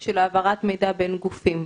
על העברת מידע בין גופים.